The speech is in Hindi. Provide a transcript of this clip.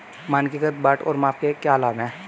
मानकीकृत बाट और माप के क्या लाभ हैं?